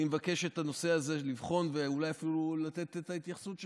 אני מבקש לבחון את הנושא הזה ואולי אפילו לתת את ההתייחסות שלכם.